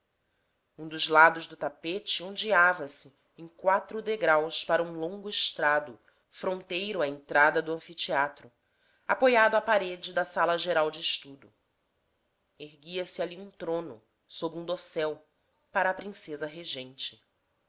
um dos lados do tapete ondeava se em quatro degraus para um longo estrado fronteiro à entrada do anfiteatro apoiado à parede da sala geral de estudo erguia-se ali um trono sob um dossel para a princesa regente